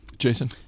Jason